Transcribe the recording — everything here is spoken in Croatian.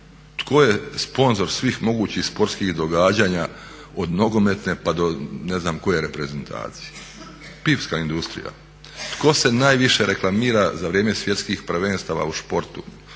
Tko je sponzor svih mogućih sportskih događanja od nogometne pa do ne znam koje reprezentacije? Pivska industrija. Tko se najviše reklamira za vrijeme svjetskih prvenstava u športovima